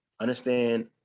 understand